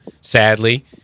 sadly